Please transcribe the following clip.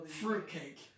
fruitcake